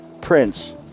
Prince